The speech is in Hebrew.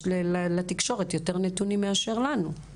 יש לתקשורת יותר נתונים מאשר לנו.